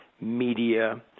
media